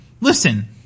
listen